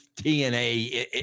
TNA